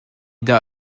dah